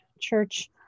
church